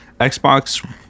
xbox